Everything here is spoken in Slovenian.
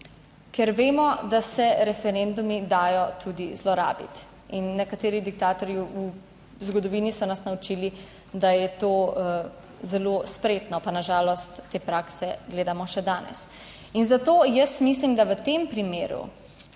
ker vemo, da se referendumi dajo tudi zlorabiti in nekateri diktatorji v zgodovini so nas naučili, da je to zelo spretno, pa na žalost te prakse gledamo še danes in zato jaz mislim, da v tem primeru